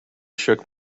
shook